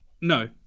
No